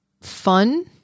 fun